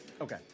Okay